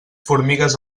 formigues